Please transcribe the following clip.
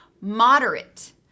moderate